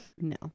No